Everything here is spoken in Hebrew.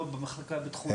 לא במחלקה בבית חולים,